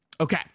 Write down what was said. Okay